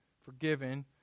forgiven